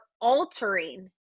altering